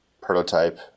prototype